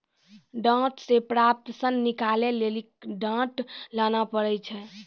डांट से प्राप्त सन निकालै लेली डांट लाना पड़ै छै